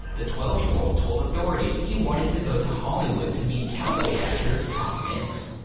the twelve year old told authorities he wanted to go to hollywood to meet cowboy actor, tom mix.